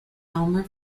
elmer